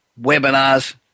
webinars